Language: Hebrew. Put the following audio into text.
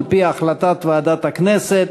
על-פי החלטת ועדת הכנסת.